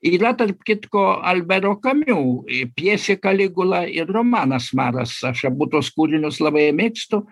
yra tarp kitko albero kamiu pjesė kaligula ir romanas maras aš abu tuos kūrinius labai mėgstu